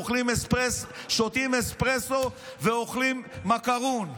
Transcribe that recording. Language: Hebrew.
שותים אספרסו ואוכלים מקרון.